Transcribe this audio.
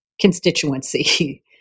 constituency